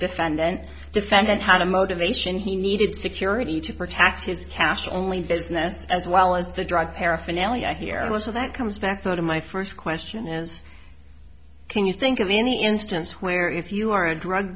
defendant defendant had a motivation he needed security to protect his cash only business as well as the drug paraphernalia here and with that comes back to my first question is can you think of any instance where if you are a drug